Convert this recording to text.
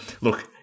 look